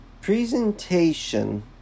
presentation